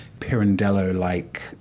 Pirandello-like